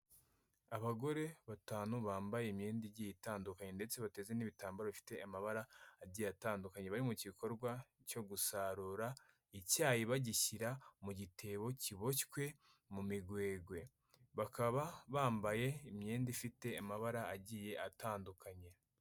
Abagore batanu bambaye imyenda igiye itandukanye ndetse bateze n'ibitambaro bifite amabara agiye atandukanye bari mu gikorwa cyo gusarura icyayi bagishyira mu gitebo kiboshywe mu migwegwe. Bakaba bambaye imyenda ifite amabara agiye atandukanye.